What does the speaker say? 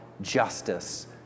justice